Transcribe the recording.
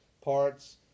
Parts